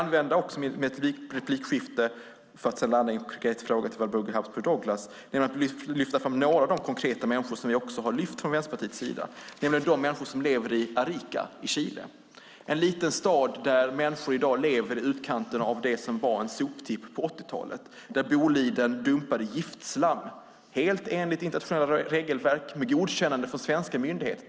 Innan jag landar i en konkret fråga till Walburga Habsburg Douglas vill jag lyfta fram några av de människor som vi har tagit upp från Vänsterpartiets sida, nämligen de människor som lever i Arica i Chile. Det är en liten stad där människor i dag lever i utkanten av det som på 1980-talet var en soptipp där Boliden dumpade giftslam, helt enligt internationella regelverk och med godkännande av svenska myndigheter.